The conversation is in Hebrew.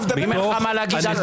אם אין לך מה להגיד, אל תגיד.